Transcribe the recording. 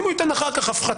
אם הוא ייתן אחר כך הפחתה,